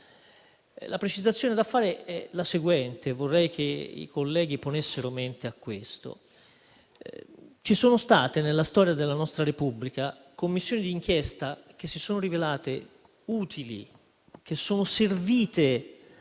La precisazione da fare è la seguente e vorrei che i colleghi ponessero mente a questo: ci sono state, nella storia della nostra Repubblica, Commissioni di inchiesta che si sono rivelate utili, che sono servite a farci